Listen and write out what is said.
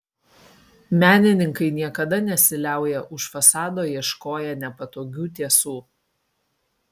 menininkai niekada nesiliauja už fasado ieškoję nepatogių tiesų